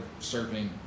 surfing